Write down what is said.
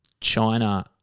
China